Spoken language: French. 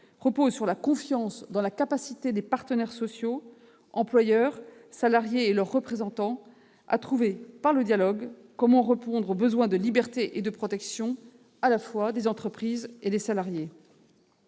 repose sur la confiance dans la capacité des partenaires sociaux, des employeurs, des salariés et de leurs représentants à trouver, par le dialogue, comment répondre aux besoins de liberté et de protection à la fois des entreprises et des salariés.